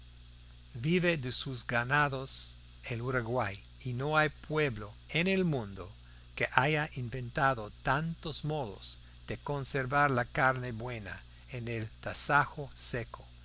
vive de sus ganados el uruguay y no hay pueblo en el mundo que haya inventado tantos modos de conservar la carne buena en el tasajo seco